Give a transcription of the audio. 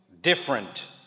different